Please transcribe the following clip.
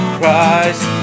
Christ